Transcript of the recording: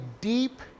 deep